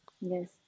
yes